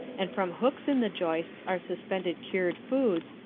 and from hooks in the joists are suspended cured foods,